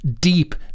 deep